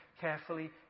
carefully